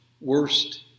worst